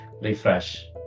refresh